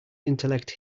intellect